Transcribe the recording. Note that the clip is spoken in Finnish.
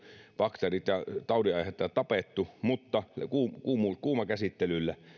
bakteerit ja taudinaiheuttajat tapettu kuumakäsittelyllä